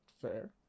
Fair